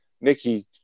Nikki